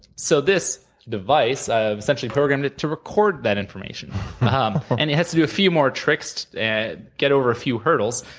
so this device, i've essentially programmed to record that information um and it has to do a few more tricks, and get over a few hurdles,